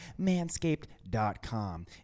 Manscaped.com